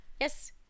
yes